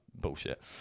bullshit